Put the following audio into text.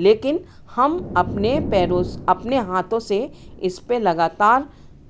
लेकिन हम अपने पैरों अपने हाथों से इसपे लगातार